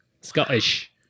Scottish